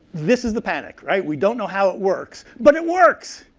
this is the panic. right? we don't know how it works, but it works,